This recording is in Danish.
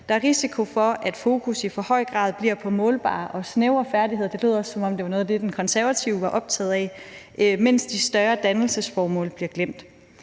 Der er risiko for, at fokus i for høj grad bliver på målbare og snævre færdigheder – det lød også, som om det var noget af det, Konservative var optaget af – mens de større dannelsesformål bliver glemt.